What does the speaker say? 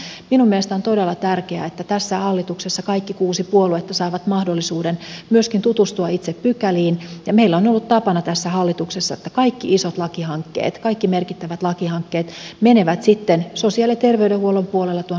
minun mielestäni on todella tärkeää että tässä hallituksessa kaikki kuusi puoluetta saavat mahdollisuuden tutustua itse pykäliin ja meillä on ollut tapana tässä hallituksessa että kaikki isot lakihankkeet kaikki merkittävät lakihankkeet menevät sosiaali ja terveydenhuollon puolella tuon sotepolin kautta